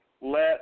let